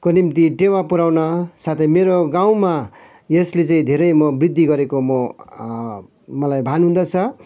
को निम्ति टेवा पुऱ्याउन साथै मेरो गाँउमा यसले चाहिँ धेरै म वृद्धि गरेको म मलाई भान हुँदछ